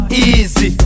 Easy